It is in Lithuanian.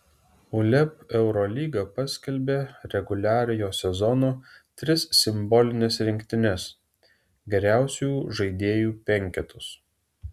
uleb eurolyga paskelbė reguliariojo sezono tris simbolines rinktines geriausiųjų žaidėjų penketus